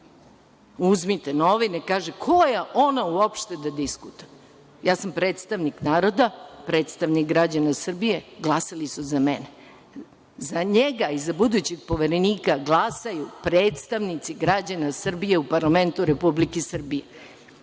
njega. Uzmite novine, kaže – ko je ona uopšte da diskutuje. Ja sam predstavnik naroda, predstavnik građana Srbije, glasali su za mene. Za njega i za budućeg poverenika glasaju predstavnici građana Srbije u parlamentu Republike Srbije.